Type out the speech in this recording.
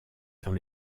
dans